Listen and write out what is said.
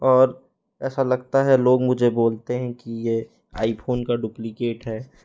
और ऐसा लगता है लोग मुझे बोलते हैं कि यह आईफोन का डुप्लीकेट है